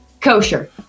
kosher